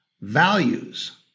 values